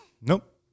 Nope